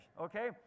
okay